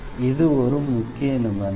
இது ஒரு முக்கிய நிபந்தனை